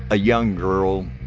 a young girl.